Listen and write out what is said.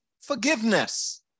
forgiveness